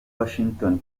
washington